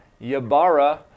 Yabara